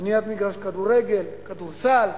בניית מגרש כדורגל, כדורסל,